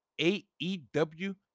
AEW